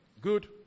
Good